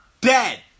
dead